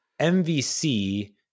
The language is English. MVC